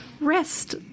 rest